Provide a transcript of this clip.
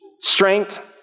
strength